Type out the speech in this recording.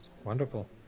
Wonderful